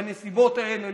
בנסיבות האלה,